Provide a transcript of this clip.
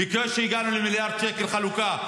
בקושי הגענו לחלוקה של מיליארד שקל.